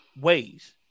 ways